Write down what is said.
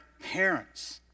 parents